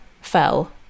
fell